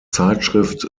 zeitschrift